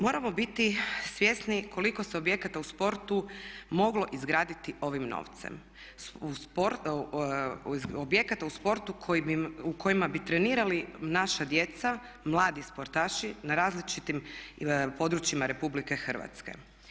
Moramo biti svjesni koliko se objekata u sportu moglo izgraditi ovim novcem, objekata u sportu u kojima bi trenirali naša djeca, mladi sportaši na različitim područjima Republike Hrvatske.